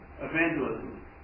evangelism